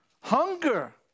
Hunger